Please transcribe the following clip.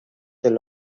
del